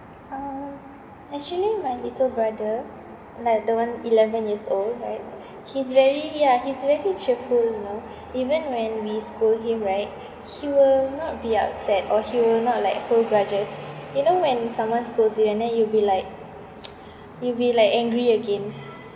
uh actually my little brother like the one eleven years old right he's very ya he's very cheerful you know even when we scold him right he will not be upset or he will not like hold grudges you know when someone scolds you and then you'll be like you'll be like angry again